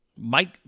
Mike